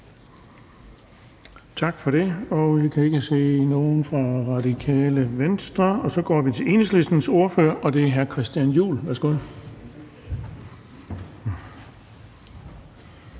bemærkninger. Jeg kan ikke se nogen ordfører for Radikale Venstre, så vi går til Enhedslistens ordfører, og det er hr. Christian Juhl. Værsgo.